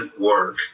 work